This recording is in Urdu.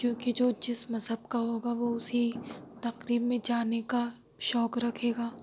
کیونکہ جو جس مذہب کا ہوگا وہ اُسی تقریب میں جانے کا شوق رکھے گا